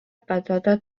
patata